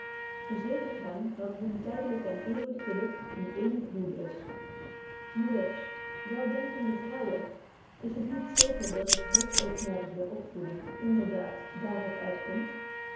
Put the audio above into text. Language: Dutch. verstandigen verzekerd hen dat hun tydelyk en eeuwig geluk uw eenig doel is betje wolff proeve over de opvoeding moeders weldenkende vrouwen is het niet zeker dat het hoofdoogmerk der opvoeding inderdaad daar op uit